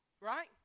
Right